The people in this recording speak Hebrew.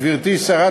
גברתי שרת